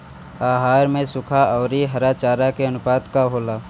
आहार में सुखा औरी हरा चारा के आनुपात का होला?